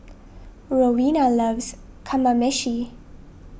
Roena loves Kamameshi